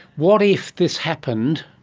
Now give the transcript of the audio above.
what if this happened,